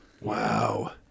Wow